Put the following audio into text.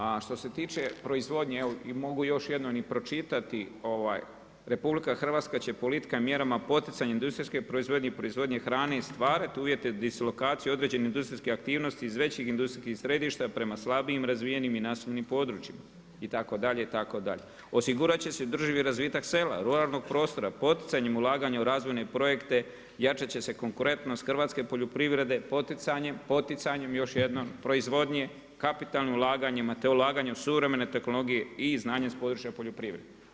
A što se tiče proizvodnje i mogu još jednom i pročitati „RH će politika mjera poticanjem industrijske proizvodnje, proizvodnji hrane stvarati uvjete dislokaciju određene industrijske aktivnosti iz većih industrijskih središta prema slabijim razvijenim i naseljenim područjima“ itd., itd. „osigurat će se održivi razvitak sela, ruralnog prostora poticanjem ulaganja u razvojne projekte, jačat će se konkurentnost hrvatske poljoprivrede“ poticanjem, još jednom, proizvodnje kapitalnim ulaganjima, te ulaganjima u suvremene tehnologije i iz znanja područja poljoprivrede.